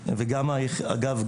ואגב,